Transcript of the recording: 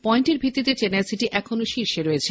পয়েন্টের ভিত্তিতে চেন্নাই সিটি এখনও শীর্ষে রয়েছে